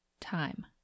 Time